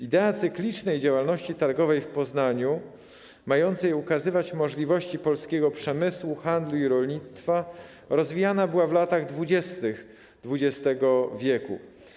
Idea cyklicznej działalności targowej w Poznaniu, mającej ukazywać możliwości polskiego przemysłu, handlu i rolnictwa rozwijana była w latach dwudziestych XX wieku.